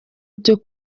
byo